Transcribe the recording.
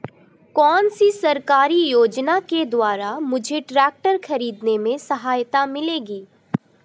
कौनसी सरकारी योजना के द्वारा मुझे ट्रैक्टर खरीदने में सहायता मिलेगी?